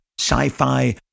sci-fi